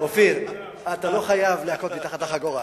אופיר, אתה לא חייב להכות מתחת לחגורה.